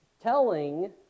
telling